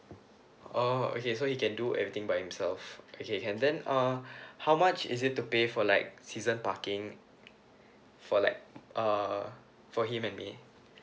oh okay so he can do everything by himself okay can then uh how much is it to pay for like season parking for like uh for him and me